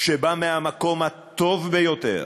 שבא מהמקום הטוב ביותר,